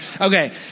Okay